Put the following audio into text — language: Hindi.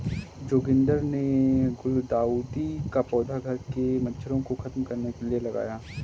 जोगिंदर ने गुलदाउदी का पौधा घर से मच्छरों को खत्म करने के लिए लगाया